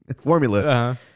formula